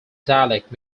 dialect